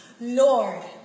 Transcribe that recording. Lord